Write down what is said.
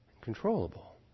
controllable